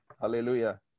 Hallelujah